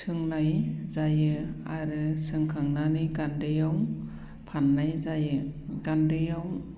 सोंनाय जायो आरो सोंखांनानै गान्दैयाव फाननाय जायो गान्दैयाव